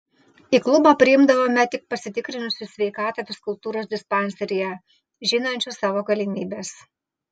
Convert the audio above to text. į klubą priimdavome tik pasitikrinusius sveikatą fizkultūros dispanseryje žinančius savo galimybes